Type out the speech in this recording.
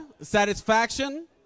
satisfaction